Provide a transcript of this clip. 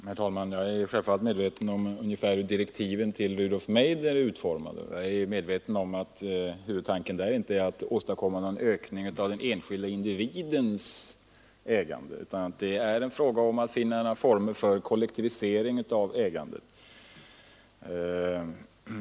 Herr talman! Jag är självfallet medveten om ungefär hur direktiven till Rudolf Meidner är utformade och om att huvudtanken inte är att åstadkomma någon ökning av den enskilda individens ägande utan att avsikten är att finna former för kollektivisering av ägandet.